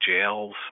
jails